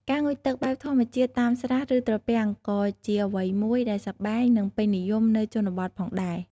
ការងូតទឹកបែបធម្មជាតិតាមស្រះ ឬត្រពាំងក៏ជាអ្វីមួយដែលសប្បាយ និងពេញនិយមនៅជនបទផងដែរ។